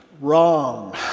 wrong